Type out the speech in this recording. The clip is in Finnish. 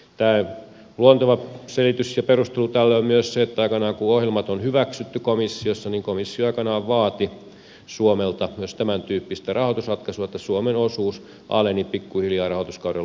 tämä luonteva selitys ja perustelu tälle on myös se että aikanaan kun ohjelmat on hyväksytty komissiossa komissio vaati suomelta myös tämäntyyppistä rahoitusratkaisua että suomen osuus aleni pikkuhiljaa rahoituskauden loppua kohti